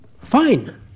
fine